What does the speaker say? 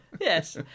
Yes